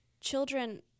children